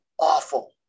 awful